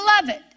Beloved